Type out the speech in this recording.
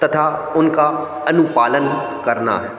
तथा उनका अनुपालन करना है